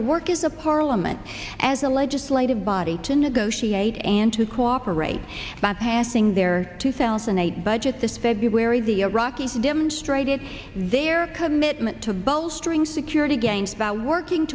to work as a parliament as a legislative body to negotiate and to cooperate by passing their two thousand and eight budget this february the iraqis demonstrated their commitment to bolstering security gains that working